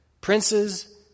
princes